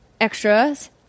extras